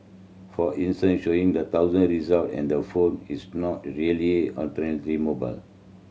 for instance showing the thousand results on the phone is not really authentically mobile